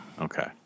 Okay